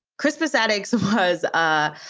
crispus attucks of huhs, ah